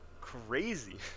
crazy